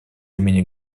имени